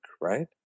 right